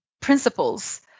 principles